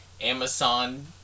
Amazon